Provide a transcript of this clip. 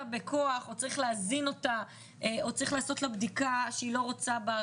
בכוח או צריך להזין אותה או צריך לעשות לה בדיקה שהיא לא רוצה בה.